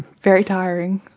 very tiring.